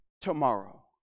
tomorrow